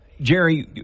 Jerry